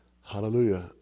Hallelujah